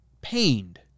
pained